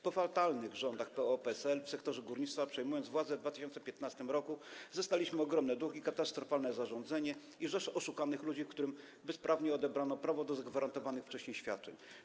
Po fatalnych rządach PO-PSL w sektorze górnictwa, przejmując władzę w 2015 r., zastaliśmy ogromne długi, katastrofalne zarządzanie i rzesze oszukanych ludzi, którym bezprawnie odebrano prawo do zagwarantowanych wcześniej świadczeń.